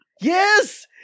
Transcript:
Yes